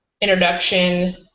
introduction